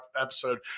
episode